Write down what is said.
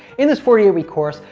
in this forty eight week course,